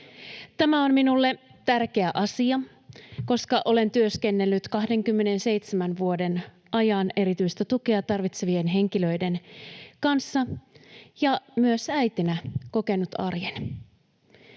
Tämä on minulle tärkeä asia, koska olen työskennellyt 27 vuoden ajan erityistä tukea tarvitsevien henkilöiden kanssa ja myös äitinä kokenut arjen.